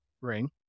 ring